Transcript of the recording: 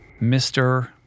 Mr